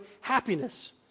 happiness